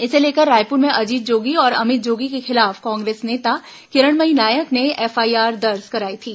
इसे लेकर रायपुर में अजीत जोगी और अमित जोगी के खिलाफ कांग्रेस नेता किरणमयी नायक ने एफआईआर दर्ज कराई थी